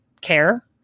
care